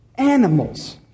animals